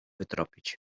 wytropić